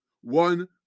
one